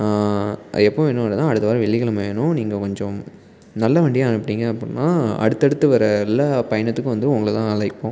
எப்போ வேணும் கேட்டினா அடுத்த வாரம் வெள்ளிக்கிழம வேணும் நீங்கள் கொஞ்சம் நல்ல வண்டியாக அனுப்புனீங்க அப்புடின்னா அடுத்தடுத்து வர எல்லாம் பயணத்துக்கும் வந்து உங்கள தான் அழைப்போம்